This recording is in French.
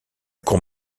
cour